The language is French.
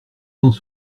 temps